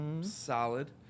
Solid